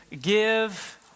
give